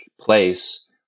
place